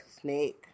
snake